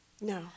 No